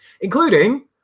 including